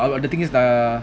ya oh but the thing is ah